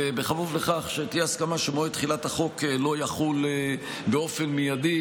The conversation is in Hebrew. וכן בכפוף לכך שתהיה הסכמה שמועד תחילת החוק לא יחול באופן מיידי.